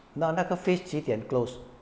那那个 face 几点 close